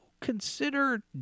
consider